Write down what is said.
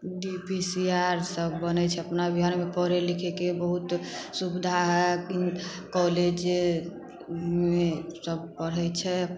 D P C R सब बनै छै अपना बिहारमे पढ़ै लिखैके बहुत सुविधा हइ कॉलेजमे सभ पढ़ै छै